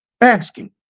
asking